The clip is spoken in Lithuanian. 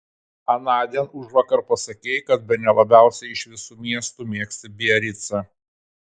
anądien užvakar pasakei kad bene labiausiai iš visų miestų mėgsti biaricą